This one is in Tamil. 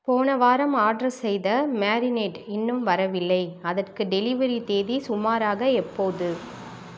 போன வாரம் ஆர்டர் செய்த மேரினேட் இன்னும் வரவில்லை அதற்கு டெலிவரி தேதி சுமாராக எப்போது